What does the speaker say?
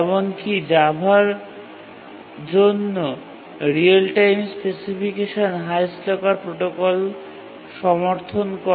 এমনকি জাভা জন্য real time specification highest locker protocol সমর্থন করে